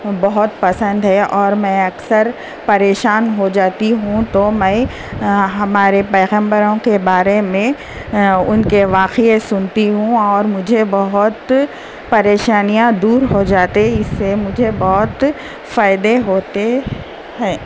بہت پسند ہے اور میں اکثر پریشان ہو جاتی ہوں تو میں ہمارے پیغمبروں کے بارے میں ان کے واقعے سنتی ہوں اور مجھے بہت پریشانیاں دور ہو جاتے اس سے مجھے بہت فائدے ہوتے ہیں